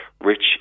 rich